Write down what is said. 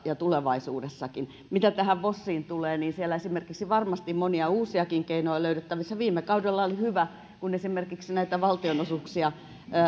ja tulevaisuudessakin mitä tähän vosiin tulee siellä varmasti monia uusiakin keinoja on löydettävissä viime kaudella oli hyvä kun esimerkiksi näitä valtionosuuksia